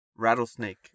rattlesnake